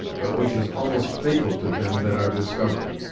but which is almost fatal to them that are discovered.